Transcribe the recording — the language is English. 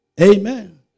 Amen